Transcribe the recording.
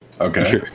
okay